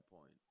point